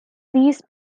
these